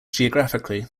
geographically